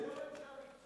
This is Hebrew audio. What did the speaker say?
אדוני השר,